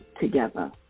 together